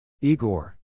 Igor